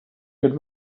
could